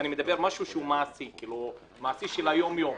אני מדבר משהו מעשי, של היום-יום.